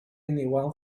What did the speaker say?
anyone